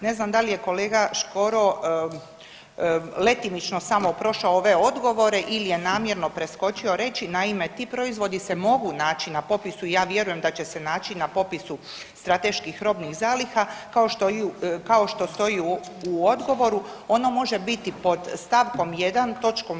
Ne znam da li je kolega Škoro letimično samo prošao ove odgovore ili je namjerno preskočio reći, naime, ti proizvodi se mogu naći na popisu, ja vjerujem da će se naći na popisu strateških robnih zaliha, kao što stoji u odgovoru, ono može biti pod st. 1 toč.